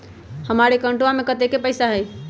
हमार अकाउंटवा में कतेइक पैसा हई?